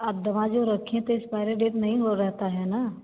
आप दवा जो रखे थे एक्सपेयरी डेट नहीं हो रहता है ना